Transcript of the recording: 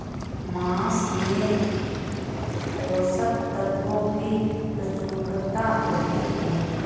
माँस में पोषक तत्त्वों की प्रचूरता होती है